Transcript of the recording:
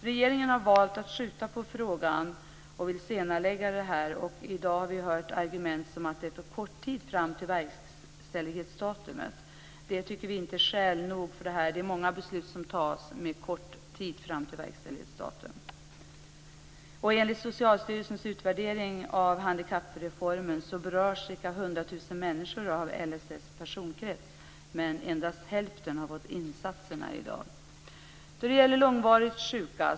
Regeringen har valt att skjuta på frågan och vill senarelägga detta. Vi har hört olika argument för detta i dag, t.ex. att det är för kort tid fram till verkställighetsdatumet. Vi tycker inte att det är skäl nog för detta. Det är många beslut som fattas med kort tid fram till verkställighetsdatum. Enligt Socialstyrelsens utvärdering av handikappreformen berörs ca 100 000 människor av LSS personkrets, men endast hälften har fått insatser.